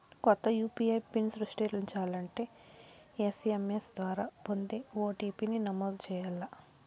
కొత్త UPI PIN సృష్టించాలంటే SMS ద్వారా పొందే ఓ.టి.పి.ని నమోదు చేయాల్ల